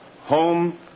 home